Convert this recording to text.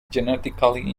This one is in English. genetically